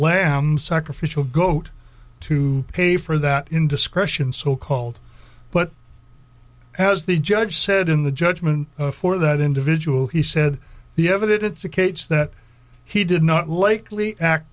lamb sacrificial goat to pay for that indiscretion so called but as the judge said in the judgment for that individual he said the evidence a cage that he did not likely act